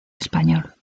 español